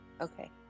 Okay